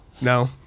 no